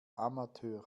amateur